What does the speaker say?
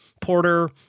porter